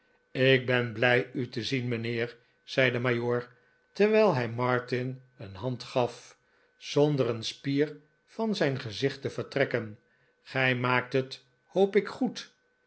ik ben blij u te zien mijnheer zei de majoor terwijl hij martin een hand gaf zonder een spier van zijn gezicht te vertrekken gij maakt het hoop ik goed